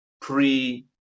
pre